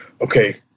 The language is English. okay